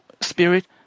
spirit